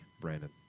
Brandon